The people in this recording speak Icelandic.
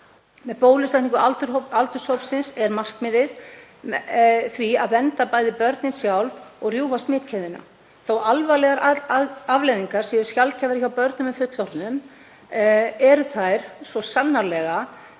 Með bólusetningu aldurshópsins er markmiðið því bæði að vernda börnin sjálf og rjúfa smitkeðjuna. „Þó alvarlegar afleiðingar séu sjaldgæfari hjá börnum en fullorðnum eru þær svo sannarlega